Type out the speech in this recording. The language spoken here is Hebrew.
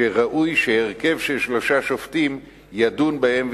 שראוי שהרכב של שלושה שופטים ידון בהן,